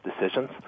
decisions